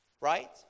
Right